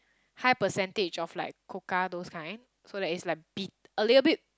high percentage of like cocoa those kind so that it's like bit~ a little bit